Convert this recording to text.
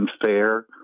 unfair